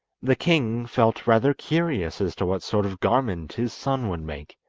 the king felt rather curious as to what sort of garment his son would make,